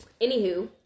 Anywho